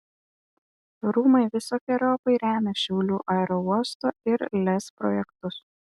rūmai visokeriopai remia šiaulių aerouosto ir lez projektus